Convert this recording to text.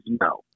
no